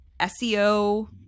SEO